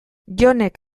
jonek